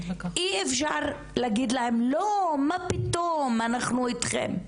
אי אפשר להגיד להן לא מה פתאום, אנחנו אתכן.